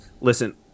Listen